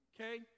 okay